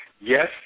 yes